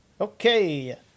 Okay